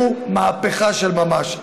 שהוא מהפכה של ממש.